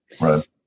Right